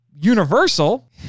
Universal